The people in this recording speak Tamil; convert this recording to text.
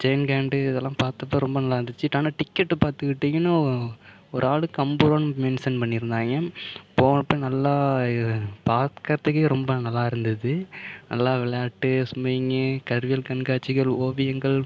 ஜெய்ன் க்யண்டு இதெல்லாம் பார்த்தப்ப ரொம்ப நல்லாயிருந்துச்சு ஆனால் டிக்கெட்டு பார்த்துக்கிட்டிங்கனா ஒரு ஆளுக்கு ஐம்பது ரூபான்னு மென்ஷன் பண்ணியிருந்தாய்ங்க போனப்போ நல்லா பாக்கிறதுக்கே ரொம்ப நல்லாயிருந்தது நல்லா விளையாட்டு ஸ்விம்மிங்கு கருவிகள் கண்காட்சிகள் ஓவியங்கள்